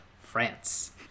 France